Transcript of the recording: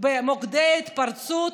במוקדי התפרצות